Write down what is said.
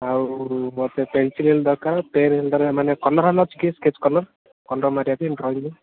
ଆଉ ମୋତେ ପେନ୍ସିଲ୍ ହେଲେ ଦରକାର ପେନ୍ ହେଲେ ଦରକାର ମାନେ କଲର୍ ହେଲେ ଅଛି କି ହେ ସ୍କେଚ୍ କଲର୍ କଲର୍ ମାରିବା ପାଇଁ ଡ୍ରଇଁରେ